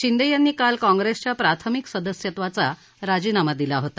शिंदे यांनी काल काँग्रेसच्या प्राथमिक सदस्यत्वाचा राजीनामा दिला होता